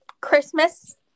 Christmas